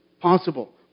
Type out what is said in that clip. possible